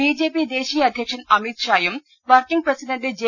BJP ദേശീയ അദ്ധ്യക്ഷൻ അമിത്ഷായും വർക്കിംഗ് പ്രസിഡന്റ് ജെ